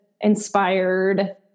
inspired